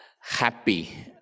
happy